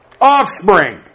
offspring